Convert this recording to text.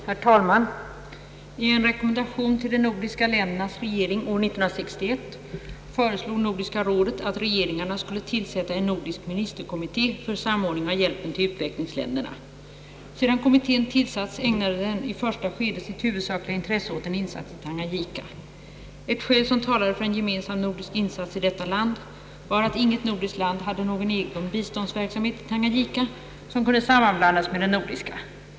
Herr talman! I en rekommendation till de nordiska ländernas regeringar år 1961 föreslog Nor diska rådet att regeringarna skulle tillsätta en nordisk ministerkommitté för samordning av hjälpen till utvecklingsländerna. Sedan kommittén tillsatts ägnade den i ett första skede sitt huvudsakliga intresse åt en insats i Tanganyika. Ett skäl som talade för en gemensam nordisk insats i detta land var att inget nordiskt land hade någon egen biståndsverksamhet i Tanganyika, som kunde sammanblandas med den nordiska.